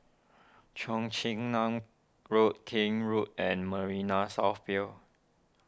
Cheong Chin Nam Road Kent Road and Marina South Pier